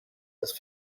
das